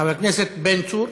חבר הכנסת בן צור,